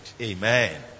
Amen